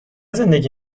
زندگی